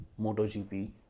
MotoGP